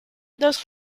dos